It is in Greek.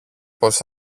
πως